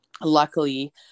luckily